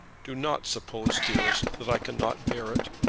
do not suppose, dearest, that i cannot bear it.